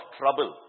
trouble